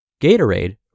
Gatorade